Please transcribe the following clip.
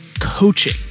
coaching